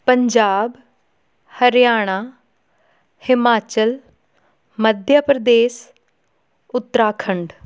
Punjab Haryana Himachal Madhya Pradesh Uttarakhand